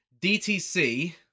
DTC